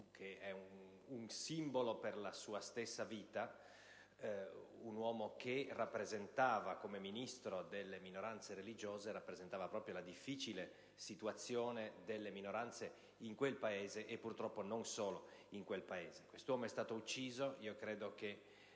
che è un simbolo per la sua stessa vita, un uomo che rappresentava come Ministro delle minoranze religiose proprio la difficile situazione delle minoranze in quel Paese, e purtroppo non solo lì. Quest'uomo è stato ucciso. Io credo che